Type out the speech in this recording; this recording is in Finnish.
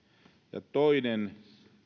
toinen on